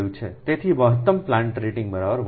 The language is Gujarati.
તેથી મહત્તમ પ્લાન્ટ રેટિંગ 12960